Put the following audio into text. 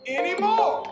anymore